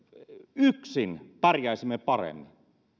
yksin pärjäisimme paremmin